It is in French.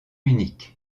munich